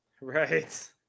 right